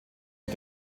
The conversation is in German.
mit